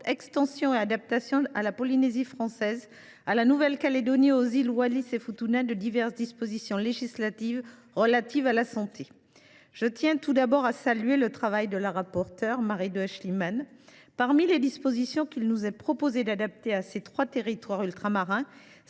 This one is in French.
extension et adaptation à la Polynésie française, à la Nouvelle Calédonie et aux îles Wallis et Futuna de diverses dispositions législatives relatives à la santé. Je tiens tout d’abord à saluer le travail de Mme la rapporteure Marie Do Aeschlimann. Parmi les dispositions qu’il nous est proposé d’adapter à ces trois territoires ultramarins,